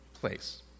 place